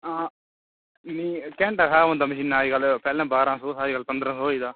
घैंटा स्हाब होंदा मशीनै दा पैह्लें बारहां सौ हा अज्जकल पंदरां सौ होई गेआ